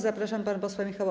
Zapraszam pana posła Michała